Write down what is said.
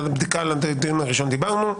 בדיקה בדיון הראשון דיברנו,